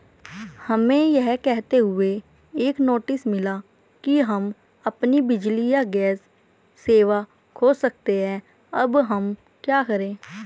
हमें यह कहते हुए एक नोटिस मिला कि हम अपनी बिजली या गैस सेवा खो सकते हैं अब हम क्या करें?